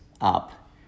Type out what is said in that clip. up